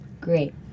Great